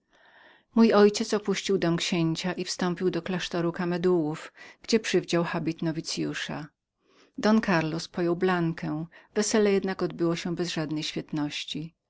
mój ojciec opuścił dom księcia wstąpił do klasztoru kamedułów gdzie przywdział habit nowicyusza don karlos pojął blankę wesele jednak odbyło się bez żadnej świetności